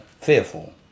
fearful